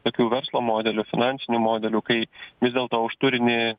tokių verslo modelių finansinių modelųu kai vis dėlto už turinį